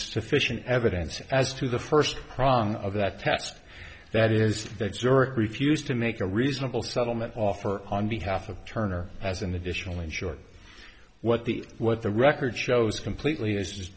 sufficient evidence as to the first prize of that test that is they refused to make a reasonable settlement offer on behalf of turner as an additional insured what the what the record shows completely is